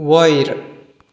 वयर